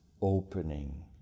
opening